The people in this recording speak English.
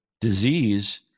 disease